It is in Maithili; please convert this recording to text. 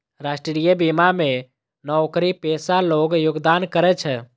राष्ट्रीय बीमा मे नौकरीपेशा लोग योगदान करै छै